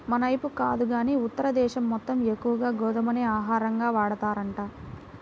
మనైపు కాదు గానీ ఉత్తర దేశం మొత్తం ఎక్కువగా గోధుమనే ఆహారంగా వాడతారంట